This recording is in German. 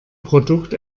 produkt